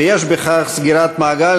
ויש בכך סגירת מעגל,